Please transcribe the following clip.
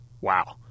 Wow